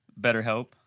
BetterHelp